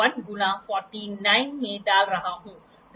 यह मैंने पिछली स्लाइड में कहा था जो साइन सिद्धांत पर काम करता है